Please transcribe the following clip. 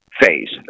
phase